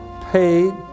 paid